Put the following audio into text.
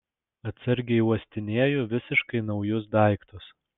atsargiai uostinėju visiškai naujus daiktus